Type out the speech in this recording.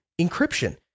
encryption